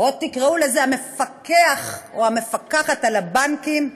או תקראו לזה המפקח או המפקחת על הבנקים,